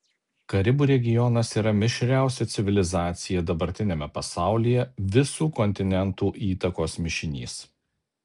karibų regionas yra mišriausia civilizacija dabartiniame pasaulyje visų kontinentų įtakos mišinys